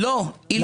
לא, עילי.